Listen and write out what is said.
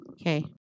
Okay